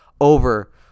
over